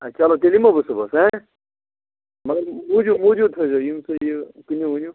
آ چلو تیٚلہِ یِمہٕ ہو بہٕ صُبَحس ہا مگر موٗجوٗد موٗجوٗد تھٲوزیٚو یِنہٕ تُہۍ یہِ کٕنِو وٕنِو